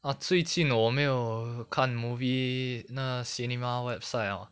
ah 最近我没有看 movie 那 cinema website orh